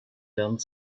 lernt